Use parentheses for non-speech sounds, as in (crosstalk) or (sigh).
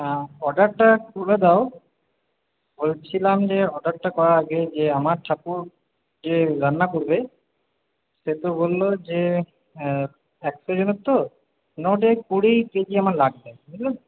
হ্যাঁ অর্ডারটা করে দাও বলছিলাম যে অর্ডারটা করার আগে যে আমার ঠাকুর যে রান্না করবে সে তো বললো যে একশো জনের তো (unintelligible) কুড়ি কেজি আমার লাগবে বুঝলেন তো